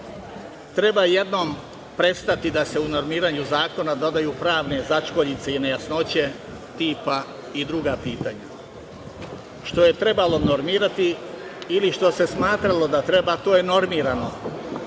jednom prestati da se u normiranju zakona dodaju pravne začkoljice i nejasnoće, tipa, i druga pitanja. Što je trebalo normirati ili što se smatralo da treba, to je normirano,